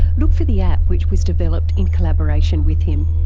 look for the app which was developed in collaboration with him,